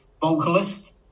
vocalist